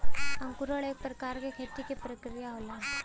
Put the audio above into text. अंकुरण एक प्रकार क खेती क प्रक्रिया होला